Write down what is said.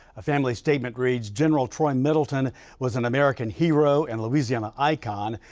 a family statement reads. general troy middleton was an american hero and louisiana icon.